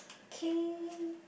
okay